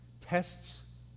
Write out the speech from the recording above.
tests